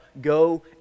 go